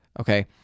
Okay